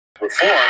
reform